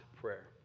prayer